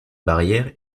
barrière